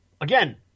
again